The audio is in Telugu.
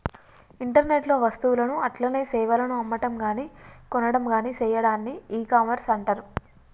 ఇంటర్నెట్ లో వస్తువులను అట్లనే సేవలను అమ్మటంగాని కొనటంగాని సెయ్యాడాన్ని ఇకామర్స్ అంటర్